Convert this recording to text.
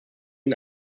ihn